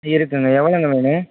இருக்குங்க எவ்வளோங்க வேணும்